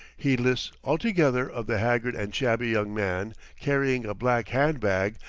heedless altogether of the haggard and shabby young man carrying a black hand-bag,